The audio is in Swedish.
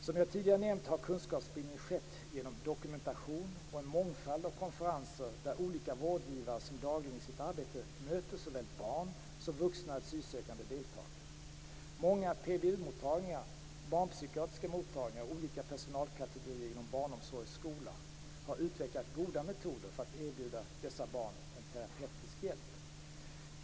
Som jag tidigare nämnt har kunskapsspridning skett genom dokumentation och en mångfald av konferenser där olika vårdgivare som dagligen i sitt arbete möter såväl barn som vuxna asylsökande deltagit. Många PBU-mottagningar, barnpsykiatriska mottagningar och olika personalkategorier inom barnomsorg och skola har utvecklat goda metoder för att erbjuda dessa barn en terapeutisk hjälp.